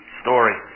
story